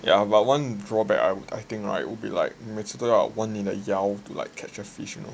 ya but one drawback I I think right would like 每次都要问你的 to like catch a fish you know like